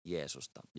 Jeesusta